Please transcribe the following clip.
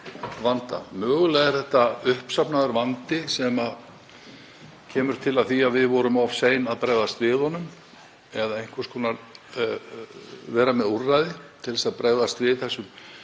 vanda. Mögulega er þetta uppsafnaður vandi sem kemur til af því að við vorum of sein að bregðast við honum eða vera með úrræði til að bregðast við þessum